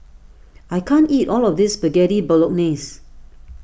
I can't eat all of this Spaghetti Bolognese